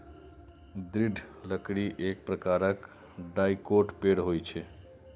दृढ़ लकड़ी एक प्रकारक डाइकोट पेड़ होइ छै